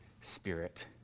spirit